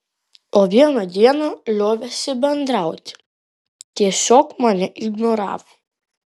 o vieną dieną liovėsi bendrauti tiesiog mane ignoravo